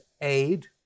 aid